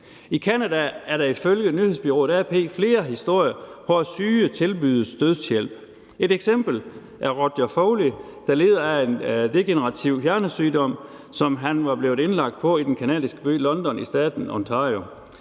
I Canada er der ifølge nyhedsbureauet AP flere historier, hvor syge tilbydes dødshjælp. Et eksempel er Roger Foley, der lider af degenerativ hjernesygdom, som han var blevet indlagt med i den canadiske by London i staten Ontario.